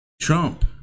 Trump